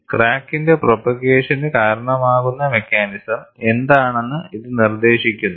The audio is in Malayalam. ക്രാക്കിന്റെ പ്രൊപ്പഗേഷനു കാരണമാകുന്ന മെക്കാനിസം എന്താണെന്ന് ഇത് നിർദ്ദേശിക്കുന്നു